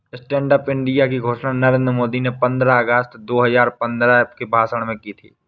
stand up India की घोषणा नरेंद्र मोदी ने पंद्रह अगस्त दो हजार पंद्रह में भाषण में की थी